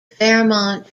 fairmont